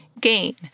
GAIN